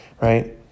right